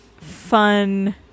fun